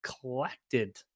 collected